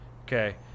Okay